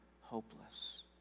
hopeless